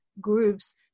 groups